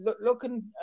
looking